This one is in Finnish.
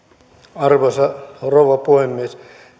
arvoisa rouva puhemies